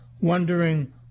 wondering